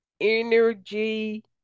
energy